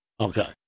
Okay